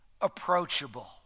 approachable